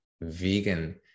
vegan